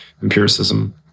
Empiricism